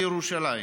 בירושלים,